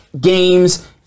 games